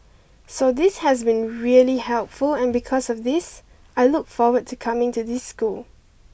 so this has been really helpful and because of this I look forward to coming to this school